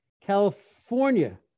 California